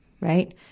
right